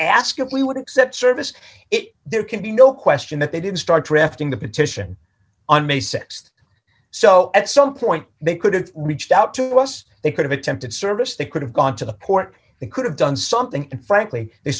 ask if we would accept service it there can be no question that they didn't start drafting the petition on may th so at some point they could have reached out to us they could've attempted service they could have gone to the port they could have done something and frankly they